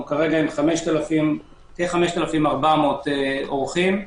אנחנו עם כ-5,400 אורחים.